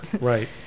right